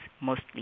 mostly